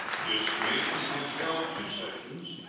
this commission has held two sessions,